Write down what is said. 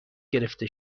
گرفته